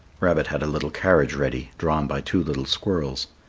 rabbit had a little carriage ready, drawn by two little squirrels.